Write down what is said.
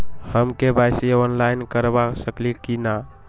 हम KYC online करवा सकली ह कि न?